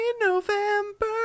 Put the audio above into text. November